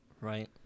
Right